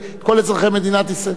את כל אזרחי מדינת ישראל,